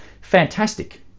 Fantastic